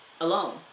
alone